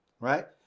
Right